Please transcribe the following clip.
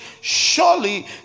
surely